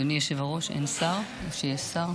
אדוני היושב-ראש, אין שר או שיש שר?